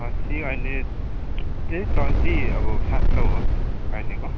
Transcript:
खसी अहिले त्यही चल्ती अब सात सय हो अहिलेको